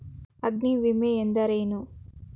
ಅಗ್ನಿವಿಮೆ ಎಂದರೇನು?